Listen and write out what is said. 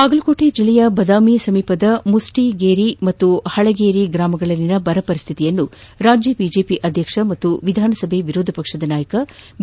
ಬಾಗಲಕೋಟೆ ಜಿಲ್ಲೆಯ ಬದಾಮಿ ಸಮೀಪದ ಮುಸ್ವಿಗೇರಿ ಮತ್ತು ಹಳಗೇರಿ ಗ್ರಾಮಗಳಲ್ಲಿನ ಬರ ಪರಿಸ್ಠಿತಿಯನ್ನು ರಾಜ್ಯ ಬಿಜೆಪಿ ಅಧ್ಯಕ್ಷ ಹಾಗೂ ವಿಧಾನಸಭೆಯ ವಿರೋಧ ಪಕ್ಷದ ನಾಯಕ ಬಿ